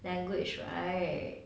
language right